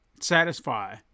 satisfy